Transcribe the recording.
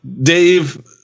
Dave